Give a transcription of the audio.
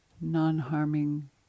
non-harming